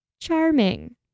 Charming